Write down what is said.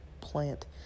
plant